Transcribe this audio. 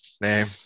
name